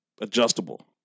adjustable